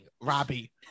Robbie